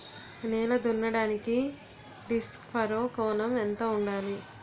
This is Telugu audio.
నేల దున్నడానికి డిస్క్ ఫర్రో కోణం ఎంత ఉండాలి?